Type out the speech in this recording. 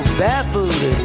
baffled